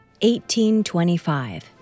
1825